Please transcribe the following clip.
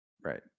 Right